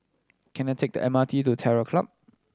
can I take the M R T to Terror Club